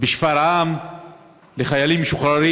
בשפרעם לחיילים משוחררים.